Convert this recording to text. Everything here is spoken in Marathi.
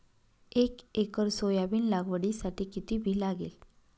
एक एकर सोयाबीन लागवडीसाठी किती बी लागेल?